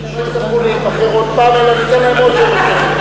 שלא יצטרכו להיבחר עוד פעם אלא ניתן להם עוד שבע שנים.